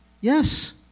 Yes